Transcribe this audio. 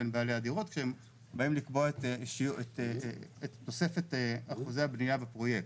בעלי הדירות כשהם באים לקבוע את תוספת אחוזי הבניה בפרויקט.